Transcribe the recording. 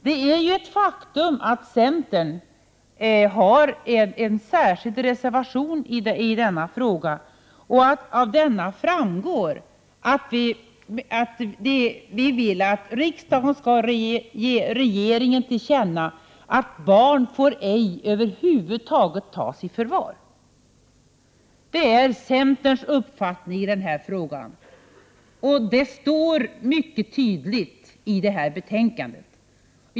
Det är ett faktum att centern har en särskild reservation i denna fråga där vi framhåller att vi vill att riksdagen ger regeringen till känna att barn över huvud taget ej får tas i förvar. Det är centerns uppfattning i denna fråga. Det står mycket tydligt i betänkandet.